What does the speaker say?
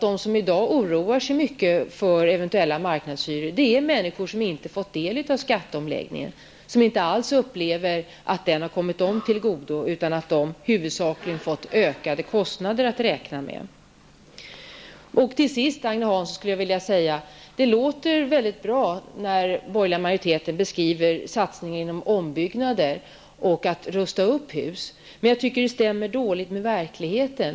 De som i dag oroar sig mycket över eventuella marknadshyror är självfallet de människor som inte fått del av skatteomläggningen och som inte alls upplever att den har kommit dem till godo, utan att de huvudsakligen fått räkna med ökade kostnader. Jag vill till sist säga, Agne Hansson, att det låter mycket bra när den borgerliga majoriteten beskriver satsningen på ombyggnader och att rusta upp hus. Men jag tycker det stämmer dåligt med verkligheten.